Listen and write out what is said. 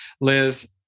Liz